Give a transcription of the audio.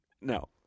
No